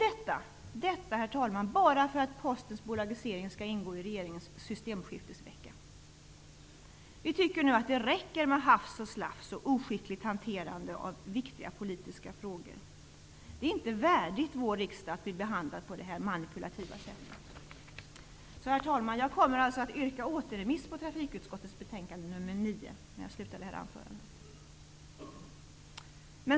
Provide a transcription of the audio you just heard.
Detta, herr talman, bara för att Postens bolagisering skall ingå i regeringens systemskiftesvecka. Vi tycker att det räcker nu med hafs och slafs och oskickligt hanterande av viktiga politiska frågor. Det är inte värdigt vår riksdag att bli behandlad på det här manipulativa sättet. Herr talman! Jag kommer att yrka återremiss på trafikutskottets betänkande nr 9.